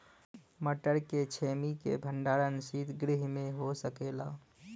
मटर के छेमी के भंडारन सितगृह में हो सकेला?